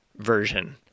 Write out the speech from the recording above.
Version